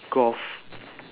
golf